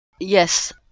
Yes